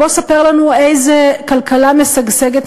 בוא ספר לנו איזה כלכלה משגשגת,